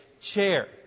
chair